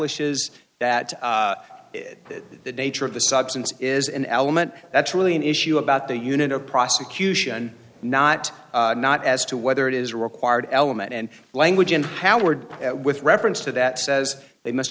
lishes that that the nature of the substance is an element that's really an issue about the unit or prosecution not not as to whether it is required element and language in howard with reference to that says they must